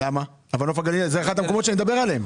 למה, נוף הגליל זה אחד המקומות שאני מדבר עליהם.